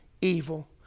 evil